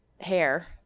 hair